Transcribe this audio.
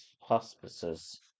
hospices